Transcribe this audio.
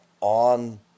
on